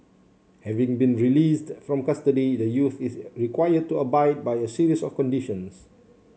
having been released from custody the youth is required to abide by a series of conditions